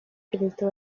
perezida